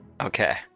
Okay